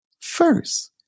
First